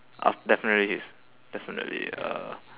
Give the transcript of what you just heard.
uh definitely his definitely uh